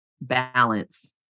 balance